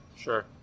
Sure